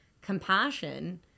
compassion